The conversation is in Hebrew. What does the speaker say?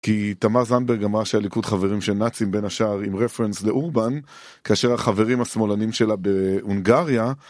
כי תמר זנדברג אמרה שהליכוד חברים של נאצים, בין השאר עם רפרנס לאורבן, כאשר החברים השמאלנים שלה בהונגריה